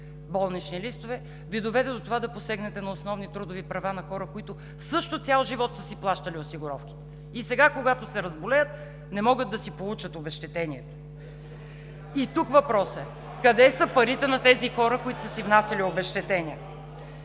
болнични листове Ви доведе до това да посегнете на основни трудови права на хора, които също цял живот са си плащали осигуровките. Сега, когато се разболеят, не могат да си получат обезщетението. И тук въпросът е: къде са парите на тези хора, които са си внасяли обезщетения?